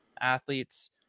athletes